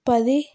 పది